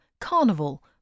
Carnival